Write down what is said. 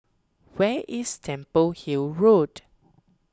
where is Temple Hill Road